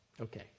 Okay